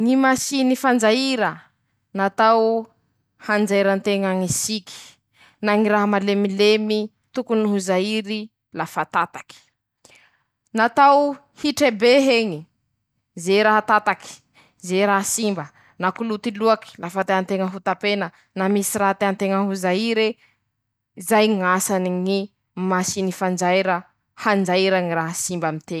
Ñy fomba fiasany ñy famoaham-peo, natao haharezany ñ'olo ñy feon-teña, ñy raha volañin-teña, manahaky anizay lafa teña ro mamory olo maro, lafa teña ro ta-hirehaky aminy ñy ñ'olo maro aminy ñy fivoria, ampiasa ñy famoaham-peo mba haharezany ñ'olo soa ñy raha volañin-teña mba hazava amin-drozy.